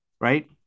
Right